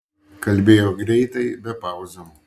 kalbėjo greitai be pauzių